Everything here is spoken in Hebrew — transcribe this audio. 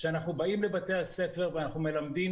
כשאנחנו באים לבתי הספר ואנחנו מלמדים